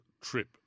trip